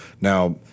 Now